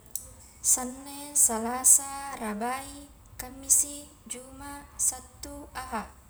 Sanneng, salasa, rabai, kammisi, juma, sattu, aha.